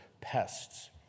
pests